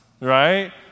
right